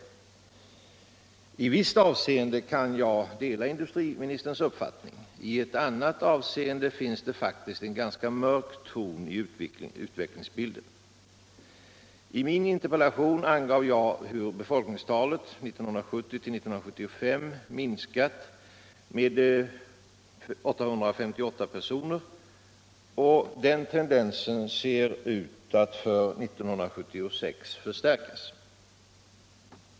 I visst avseende kan jag dela industriministerns uppfattning. I annat avseende finns det faktiskt en ganska mörk ton i utvecklingsbilden. I min interpellation angav jag hur befolkningstalet 1970-1975 minskat med 858 personer, och den tendensen ser ut att förstärkas under år 1976.